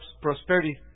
prosperity